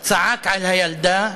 צעק על הילדה.